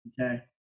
Okay